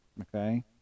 Okay